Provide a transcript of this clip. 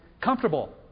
comfortable